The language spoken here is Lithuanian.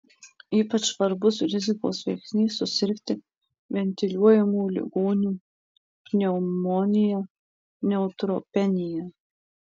ypač svarbus rizikos veiksnys susirgti ventiliuojamų ligonių pneumonija neutropenija